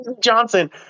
johnson